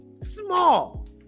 Small